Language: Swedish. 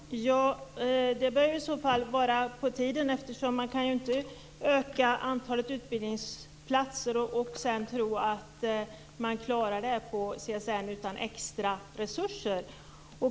Herr talman! Det bör i så fall vara på tiden. Man kan inte öka antalet utbildningsplatser och sedan tro att CSN klarar detta utan extra resurser.